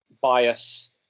bias